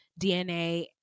DNA